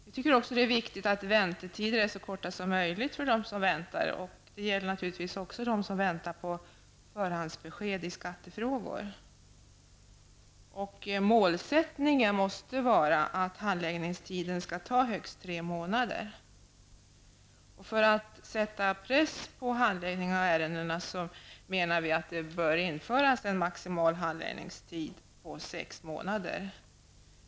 Vi tycker också att det är viktigt att väntetiderna är så korta som möjligt för dem som väntar. Det gäller naturligtvis också dem som väntar på förhandsbesked i skattefrågor. Målsättningen måste vara att handläggningstiden skall vara högst tre månader. För att sätta press på handläggningen av ärenden menar vi att det bör införas en maximal handläggningstid på sex månader.